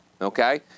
Okay